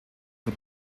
für